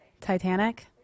Titanic